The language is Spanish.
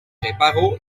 reparó